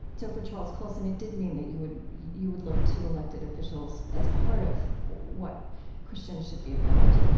so for charles colson, it did mean that you would you would look to elected officials as part of what christians should be about.